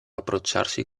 approcciarsi